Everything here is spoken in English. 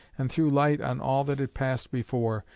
and threw light on all that had passed before,